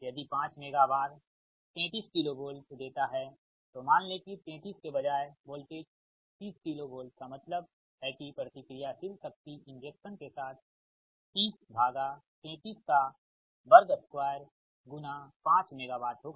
यदि 5 mega VAR 33 KV देता है तो मान लें कि 33 के बजाय वोल्टेज 30 KV का मतलब है कि प्रतिक्रियाशील शक्ति इंजेक्शन के साथ 30332 5 मेगावाट होगा